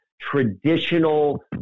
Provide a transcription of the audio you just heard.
traditional